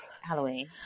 Halloween